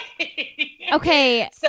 Okay